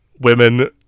women